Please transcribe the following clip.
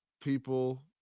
people